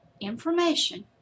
Information